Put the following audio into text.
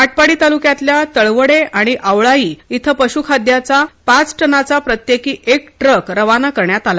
आटपाडी तालुक्यातल्या तडवळे आणि आवळाई इथं पशुखाद्याचा पाच टनाचा प्रत्येकी एक ट्रक रवाना करण्यात आला